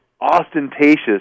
ostentatious